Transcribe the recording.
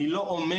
אני לא אומר,